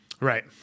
Right